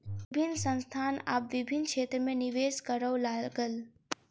विभिन्न संस्थान आब विभिन्न क्षेत्र में निवेश करअ लागल